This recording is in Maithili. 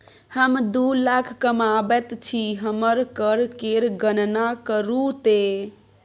हम दू लाख कमाबैत छी हमर कर केर गणना करू ते